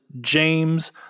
James